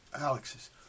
Alex's